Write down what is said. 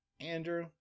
Andrew